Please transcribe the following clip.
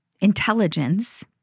intelligence